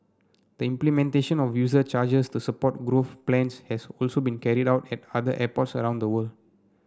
the implementation of user charges to support growth plans has also been carried out at other airports around the world